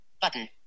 Button